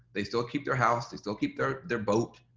they still keep their house, they still keep their their boat,